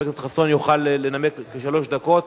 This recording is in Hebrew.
חבר הכנסת חסון יוכל לנמק במשך שלוש דקות